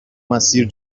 مسیر